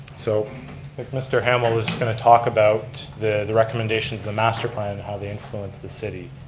so mr. hamel is going to talk about the recommendations of the master plan and how they influence the city.